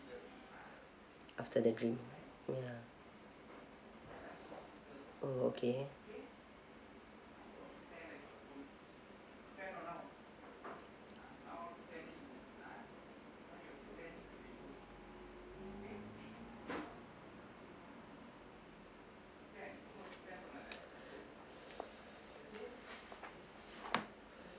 after the dream ya oh okay